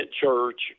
church